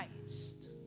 Christ